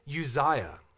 Uzziah